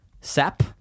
Sap